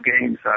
games